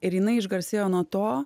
ir jinai išgarsėjo nuo to